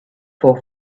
for